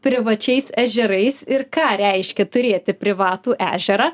privačiais ežerais ir ką reiškia turėti privatų ežerą